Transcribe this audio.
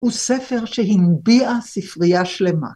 ‫הוא ספר שהנביעה ספרייה שלמה.